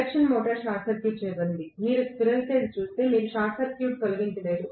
induction motor short circuit చేయబడింది మీరు squirrel cage చూస్తే మీరు షార్ట్ సర్క్యూట్ తొలగించలేరు